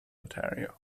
ontario